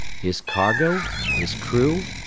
his cargo, his crew,